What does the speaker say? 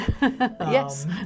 yes